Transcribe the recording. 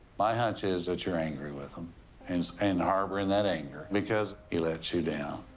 my hunch is that you're angry with him and and harboring that anger because he let you down.